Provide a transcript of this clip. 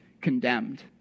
condemned